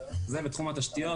זה בתחום התשתיות.